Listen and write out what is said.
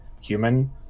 human